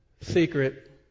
secret